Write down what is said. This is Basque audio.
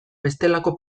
bestelako